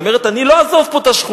היא אומרת: אני לא אעזוב את השכונה,